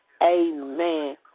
Amen